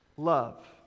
Love